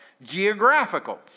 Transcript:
Geographical